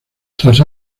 tras